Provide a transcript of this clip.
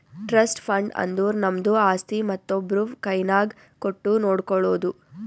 trust fund ಅಂದುರ್ ನಮ್ದು ಆಸ್ತಿ ಮತ್ತೊಬ್ರು ಕೈನಾಗ್ ಕೊಟ್ಟು ನೋಡ್ಕೊಳೋದು